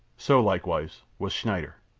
so, likewise, was schneider.